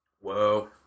whoa